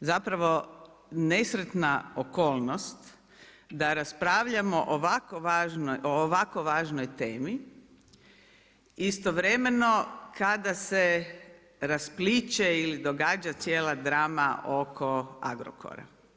zapravo nesretna okolnost da raspravljamo o ovako važnoj temi istovremeno kada se raspliće ili događa cijela drama oko Agrokora.